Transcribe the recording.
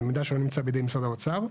זה מידע שלא נמצא בידי משרד האוצר.